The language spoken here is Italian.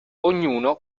ognuno